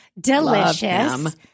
delicious